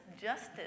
justice